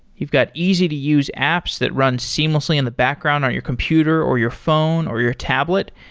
you've got easy to use apps that run seamlessly in the background on your computer, or your phone, or your tablet,